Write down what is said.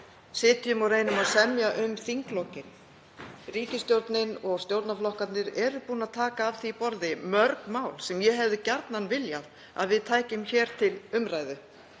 sitjum nú og reynum að semja um þinglokin. Ríkisstjórnin og stjórnarflokkarnir eru búnir að taka af því borði mörg mál sem ég hefði gjarnan viljað að við tækjum hér til umræðu.